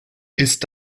ist